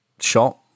shot